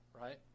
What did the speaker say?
right